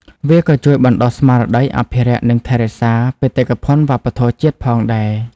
វាក៏ជួយបណ្តុះស្មារតីអភិរក្សនិងថែរក្សាបេតិកភណ្ឌវប្បធម៌ជាតិផងដែរ។